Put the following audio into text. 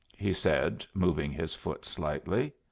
he said, moving his foot slightly.